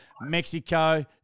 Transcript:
Mexico